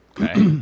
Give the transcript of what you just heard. Okay